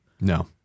No